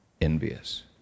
Envious